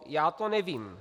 Já to nevím.